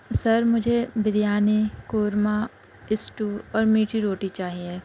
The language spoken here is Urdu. سر مجھے بریانی قورمہ اسٹو اور میٹھی روٹی چاہیے